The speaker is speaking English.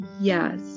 yes